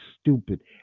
stupid